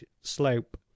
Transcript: slope